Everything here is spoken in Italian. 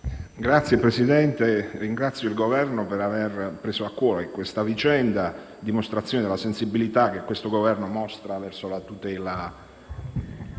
Signor Presidente, ringrazio il Governo per avere preso a cuore la vicenda, a dimostrazione della sensibilità che questo Governo mostra verso la tutela